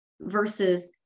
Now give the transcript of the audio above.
versus